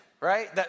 right